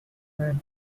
man